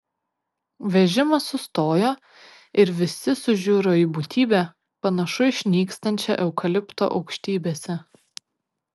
vežimas sustojo ir visi sužiuro į būtybę pamažu išnykstančią eukalipto aukštybėse